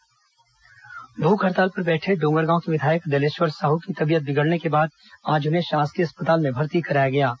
विधायक हड़ताल भूख हड़ताल पर बैठे डोंगरगांव के विधायक दलेश्वर साहू की तबीयत बिगड़ने के बाद आज उन्हें शासकीय अस्पताल में भर्ती कराया गया है